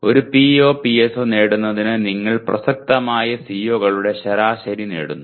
ഒരു POPSO നേടുന്നതിന് നിങ്ങൾ പ്രസക്തമായ CO കളുടെ ശരാശരി നേടുന്നു